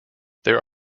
there